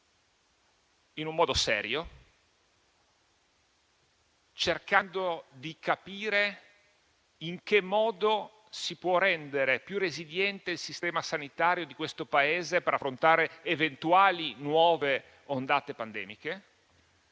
in un modo serio, cercando di capire come si può rendere più resiliente il sistema sanitario di questo Paese per affrontare eventuali nuove ondate pandemiche,